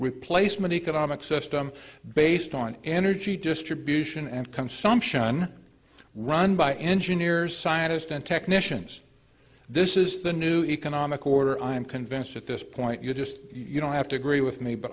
replacement economic system based on energy distribution and consumption run by engineers scientists and technicians this is the new economic order i'm convinced at this point you just you don't have to agree with me but